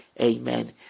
Amen